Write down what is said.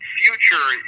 future